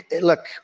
look